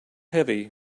heavy